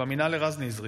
שמאמינה לרז נזרי,